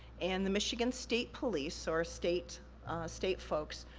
and the michigan state police, or state state folks,